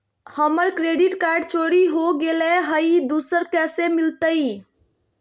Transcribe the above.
हमर credit card चोरी हो गेलय हई, दुसर कैसे मिलतई?